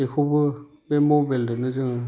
बेखौबो बे मबेलजोंनो जोङो